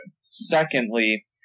Secondly